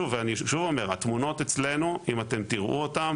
אני שוב אומר, התמונות אצלנו, אם אתם תראו אותן